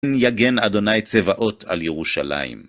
יגן אדוני צבאות על ירושלים